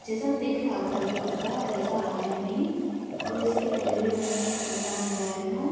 जैसा दिख रहा था वो कुर्ता वैसा आया नहीं और इसके पहले भी मैं कुर्ता मंगवाए था